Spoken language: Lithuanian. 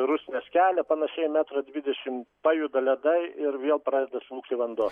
rusnės kelią panašiai metrą dvidešim pajuda ledai ir vėl pradeda slūgti vanduo